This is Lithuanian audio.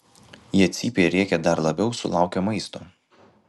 jie cypia ir rėkia dar labiau sulaukę maisto